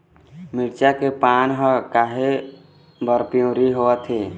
मिरचा के पान हर काहे बर पिवरी होवथे?